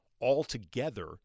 altogether